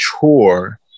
chore